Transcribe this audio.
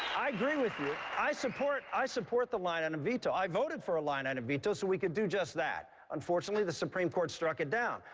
i agree with you. i support i support the line-item and and veto. i voted for a line-item veto so we could do just that. unfortunately, the supreme court struck it down.